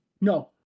No